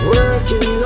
Working